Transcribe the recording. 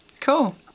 cool